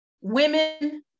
women